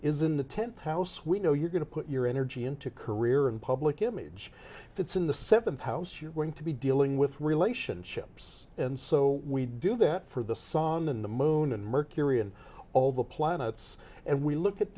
is in the tenth house we know you're going to put your energy into career and public image if it's in the seventh house you're going to be dealing with relationships and so we do that for the sun and the moon and mercury and all the planets and we look at